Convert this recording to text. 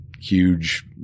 huge